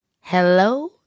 hello